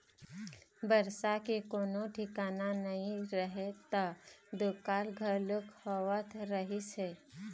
बरसा के कोनो ठिकाना नइ रहय त दुकाल घलोक होवत रहिस हे